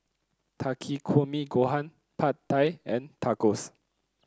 Takikomi Gohan Pad Thai and Tacos